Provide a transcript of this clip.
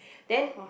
then